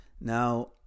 Now